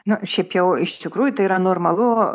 nu šiaip jau iš tikrųjų tai yra normalu